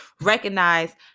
recognize